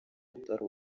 atari